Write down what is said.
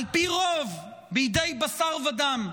על פי רוב בידי בשר ודם,